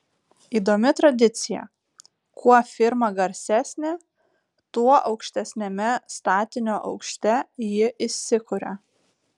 įdomi tradicija kuo firma garsesnė tuo aukštesniame statinio aukšte ji įsikuria